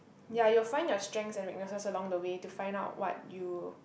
ya you find your strength and weaknesses along a way to find out what you